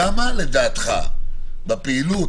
כמה לדעתך בפעילות,